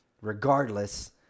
regardless